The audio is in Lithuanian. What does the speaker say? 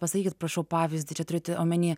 pasakykit prašau pavyzdį čia turit omeny